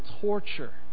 torture